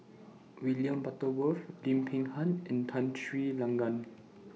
William Butterworth Lim Peng Han and Tun Sri Lanang